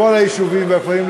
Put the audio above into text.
מכל היישובים והכפרים,